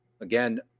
Again